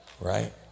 Right